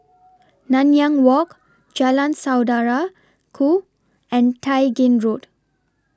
Nanyang Walk Jalan Saudara Ku and Tai Gin Road